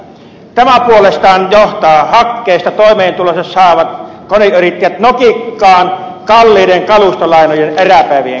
tämä puolestaan johtaa hakkeesta toimeentulonsa saavat koneyrittäjät nokikkain kalliiden kalustolainojen eräpäivien kanssa